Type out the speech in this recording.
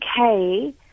okay